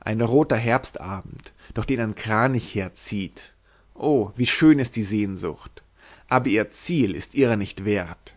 ein roter herbstabend durch den ein kranichheer zieht o wie schön ist die sehnsucht aber ihr ziel ist ihrer nicht wert